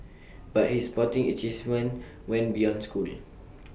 but his sporting achievements went beyond school